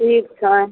ठीक छनि